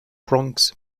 bronx